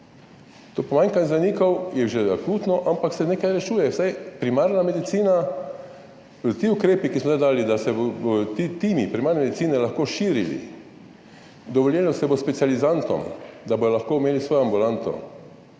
To pomanjkanje zdravnikov je že akutno, ampak se nekaj rešuje, vsaj primarna medicina. Ti ukrepi, ki smo jih zdaj dali, da se bodo ti timi primarne medicine lahko širili, dovolilo se bo specializantom, da bodo lahko imeli svojo ambulanto,